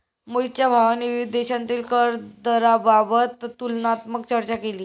मोहितच्या भावाने विविध देशांतील कर दराबाबत तुलनात्मक चर्चा केली